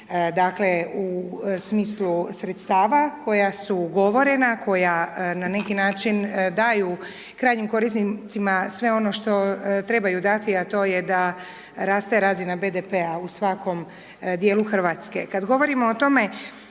dakle u smislu sredstava koja su ugovorena koja na neki način daju krajnjim korisnicima sve ono što trebaju dati a to je da raste razina BDP-a u svakom dijelu Hrvatske. Kad govorimo o tome